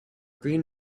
green